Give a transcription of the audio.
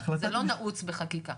זה לא נעוץ בחקיקה.